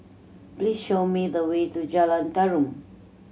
please show me the way to Jalan Tarum